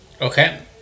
Okay